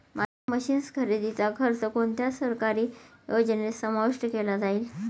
माझ्या मशीन्स खरेदीचा खर्च कोणत्या सरकारी योजनेत समाविष्ट केला जाईल?